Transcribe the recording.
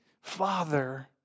father